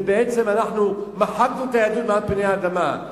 ובעצם אנחנו מחקנו את היהדות מעל פני האדמה.